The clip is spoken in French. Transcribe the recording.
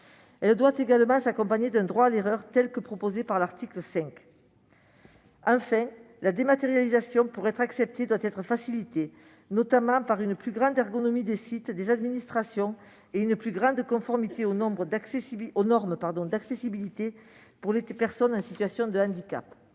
Elle doit également s'accompagner d'un droit à l'erreur, comme cela est proposé à l'article 5. Enfin, pour être acceptée, la dématérialisation doit être facilitée, notamment par une meilleure ergonomie des sites des administrations et une plus grande conformité aux normes d'accessibilité pour les personnes en situation de handicap.